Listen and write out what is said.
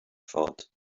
thought